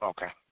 Okay